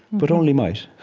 but only might.